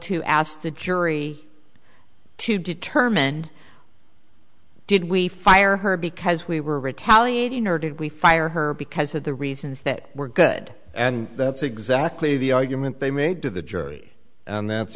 to ask the jury to determine did we fire her because we were retaliating or did we fire her because of the reasons they were good and that's exactly the argument they made to the jury